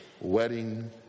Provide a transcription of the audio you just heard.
wedding